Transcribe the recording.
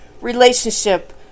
relationship